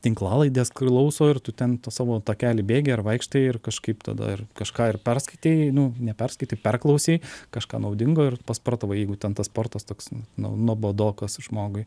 tinklalaidės klauso ir tu ten savo takelį bėgi ar vaikštai ir kažkaip tada ir kažką ir perskaitei nu ne perskaitei perklausei kažką naudingo ir pasportavai jeigu tas sportas toks nu nuobodokas žmogui